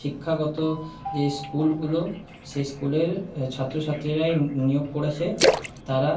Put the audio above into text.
শিক্ষাগত যে স্কুলগুলো সেই স্কুলের ছাত্রছাত্রীরাই নিয়োগ করেছে তারা